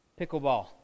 pickleball